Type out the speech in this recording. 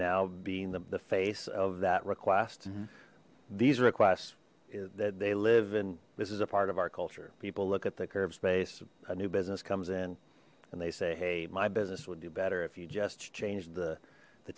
now being the face of that request these requests that they live and this is a part of our culture people look at the curb space a new business comes in and they say hey my business would be better if you just changed the the